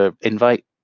invite